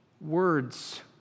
words